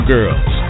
Girls